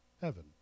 Heaven